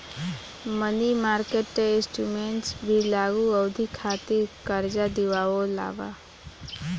मनी market instruments भी लघु अवधि खातिर कार्जा दिअवावे ला